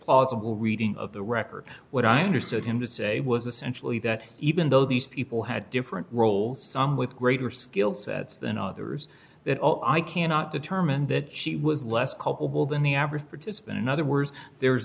plausible reading of the record what i understood him to say was essentially that even though these people had different roles on with greater skill sets than others that all i cannot determine that she was less culpable than the average participant in other words there's